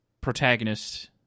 protagonist